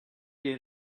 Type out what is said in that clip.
day